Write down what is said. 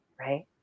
right